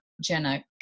Jenna